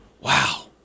Wow